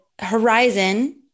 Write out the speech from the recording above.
horizon